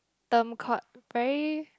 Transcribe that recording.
term called very